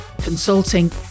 consulting